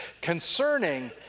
concerning